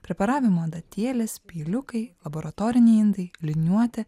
preparavimo adatėlės peiliukai laboratoriniai indai liniuotė